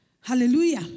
Hallelujah